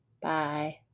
bye